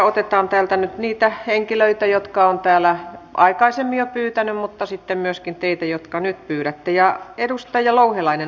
otetaan täältä nyt niitä henkilöitä jotka ovat täällä aikaisemmin jo pyytäneet puheenvuoron mutta sitten myöskin teitä jotka nyt pyydätte